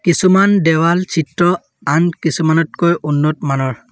কিছুমান দেৱাল চিত্ৰ আন কিছুমানতকৈ উন্নত মানৰ